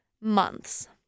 months